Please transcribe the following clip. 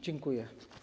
Dziękuję.